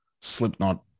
slipknot